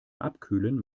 abkühlen